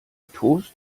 toast